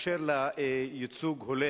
בקשר לייצוג הולם